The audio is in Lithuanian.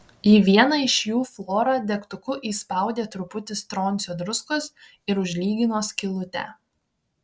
į vieną iš jų flora degtuku įspaudė truputį stroncio druskos ir užlygino skylutę